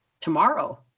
tomorrow